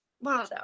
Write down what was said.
Wow